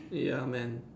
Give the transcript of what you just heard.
ya man